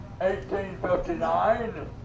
1859